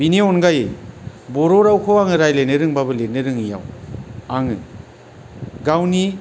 बेनि अनगायै बर' रावखौ आङो रायज्लायनो रोंबाबो लिरनो रोङैयाव आङो गावनि